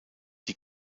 die